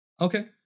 Okay